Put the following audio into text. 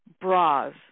bras